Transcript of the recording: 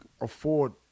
afford